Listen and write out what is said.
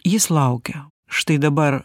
jis laukia štai dabar